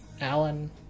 Alan